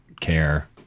care